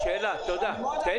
יש לי